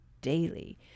daily